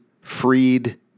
freed